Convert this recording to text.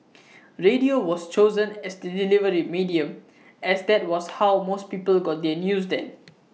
radio was chosen as the delivery medium as that was how most people got their news then